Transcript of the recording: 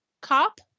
Cop